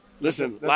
Listen